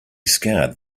scarred